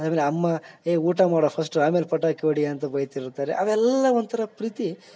ಅದ್ರ್ಮೇಲೆ ಅಮ್ಮ ಏಯ್ ಊಟ ಮಾಡೊ ಫಸ್ಟು ಆಮೇಲೆ ಪಟಾಕಿ ಹೊಡಿ ಅಂತ ಬೈತಿರ್ತಾರೆ ಅವೆಲ್ಲ ಒಂಥರ ಪ್ರೀತಿ